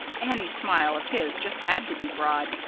any smile of his just had to be broad,